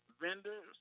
vendors